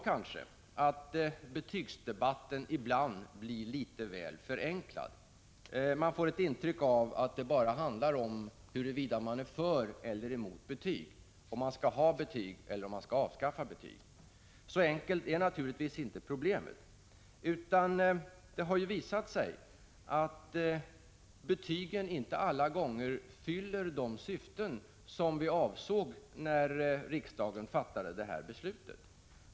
Betygsdebatten blir ibland litet väl förenklad. Mitt intryck är att det bara handlar om huruvida man är för eller emot betyg, huruvida betygen skall finnas eller avskaffas. Så enkelt är problemet naturligtvis inte. Det har visat sig att betygen inte alla gånger fyller de syften som avsågs när riksdagen fattade beslutet.